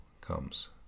comes